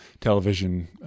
television